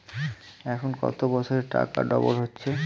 এখন কত বছরে টাকা ডবল হচ্ছে?